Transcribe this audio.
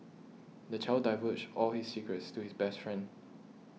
the child divulged all his secrets to his best friend